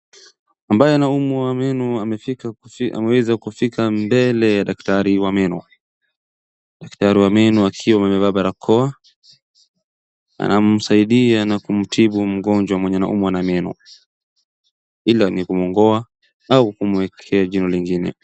Ambaye anaumwa meno ameweza kufika mbele ya daktari wa meno, daktari wa meno akiwa amevaa barakoa anamsaidia na kumtibu mgonjwa mwenye anaumwa na meno ili angekongoa au kumwekea jino lingine.